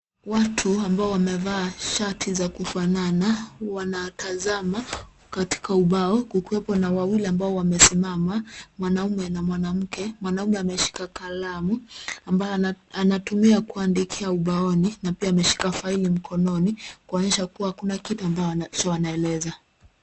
Watu ambao wamevaa shati za kufanana wanatazama katika ubao kukiwepo na wawili ambao wamesimama mwanaume na mwanamke. Mwanaume ameshika kalamu ambayo anatumia kuandikia ubaoni na pia ameshika faili mkononi kuonyesha kua kuna kitu ambacho anaeleza.